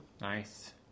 Nice